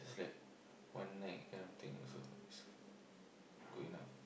just like one night that kind of thing also is good enough